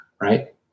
right